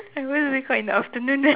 I want to wake up in the afternoon n~